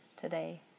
today